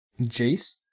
jace